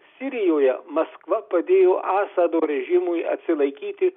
sirijoje maskva padėjo asado režimui atsilaikyti